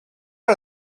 are